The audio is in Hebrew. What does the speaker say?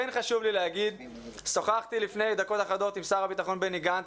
חשוב לי להגיד ששוחחתי לפני דקות אחדות עם שר הביטחון בני גנץ,